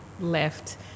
left